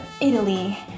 Italy